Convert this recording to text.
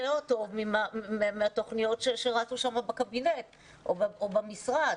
טוב מהתוכניות שרצו בקבינט או במשרד.